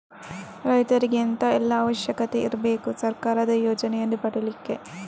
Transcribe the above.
ರೈತರಿಗೆ ಎಂತ ಎಲ್ಲಾ ಅವಶ್ಯಕತೆ ಇರ್ಬೇಕು ಸರ್ಕಾರದ ಯೋಜನೆಯನ್ನು ಪಡೆಲಿಕ್ಕೆ?